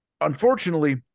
Unfortunately